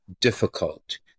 difficult